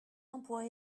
emplois